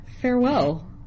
Farewell